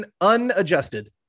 Unadjusted